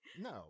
No